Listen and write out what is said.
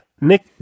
Nick